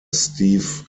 steve